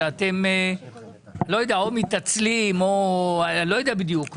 כאלה שאתם או מתעצלים או לא יודע בדיוק מה.